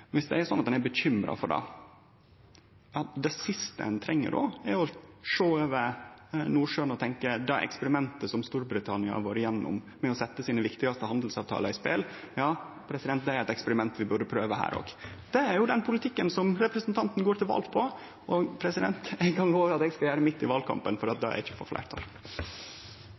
er det siste ein må gjere å sjå over Nordsjøen og tenkje: Det eksperimentet som Storbritannia har vore gjennom, med å setje sine viktigaste handelsavtalar i spel, er eit eksperiment vi burde prøve her òg. Men det er jo den politikken som representanten Gjelsvik går til val på. Eg kan love at eg skal gjere mitt i valkampen for at det ikkje får fleirtal.